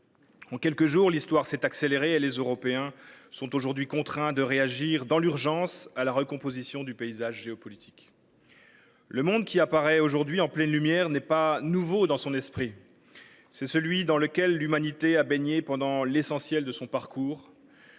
En quelques jours, l’Histoire s’est accélérée et les Européens sont aujourd’hui contraints de réagir dans l’urgence à la recomposition du paysage géopolitique. Le monde qui apparaît aujourd’hui en pleine lumière n’est pas nouveau dans son esprit ; c’est celui dans lequel l’humanité a baigné pendant l’essentiel de son parcours,